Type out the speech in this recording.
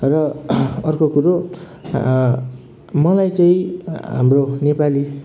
र अर्को कुरो मलाई चाहिँ हाम्रो नेपाली